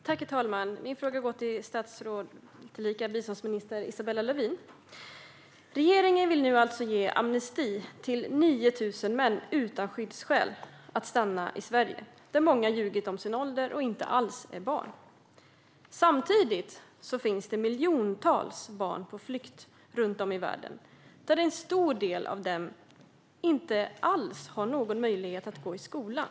Herr talman! Min fråga går till statsrådet och biståndsminister Isabella Lövin. Regeringen vill nu ge amnesti till 9 000 män utan skyddsskäl så att de får stanna i Sverige. Många av dem har ljugit om sin ålder och är inte alls barn. Samtidigt finns det miljontals barn på flykt runt om i världen. En stor del av dem har ingen möjlighet att alls gå skolan.